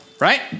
right